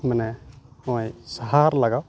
ᱢᱟᱱᱮ ᱦᱚᱸᱜᱼᱚᱭ ᱥᱟᱦᱟᱨ ᱞᱟᱜᱟᱣ